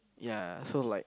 ya so like